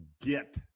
get –